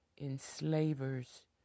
enslavers